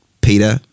Peter